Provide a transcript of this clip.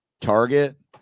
Target